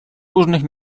różnych